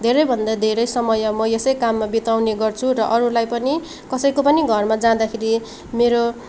धेरे भन्दा धेरै समय म यसै काममा बिताउने गर्छु र अरूलाई पनि कसैको पनि घरमा जाँदाखेरि मेरो